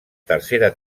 tercera